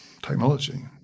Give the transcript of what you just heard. technology